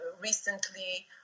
recently